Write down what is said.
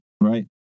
Right